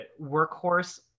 workhorse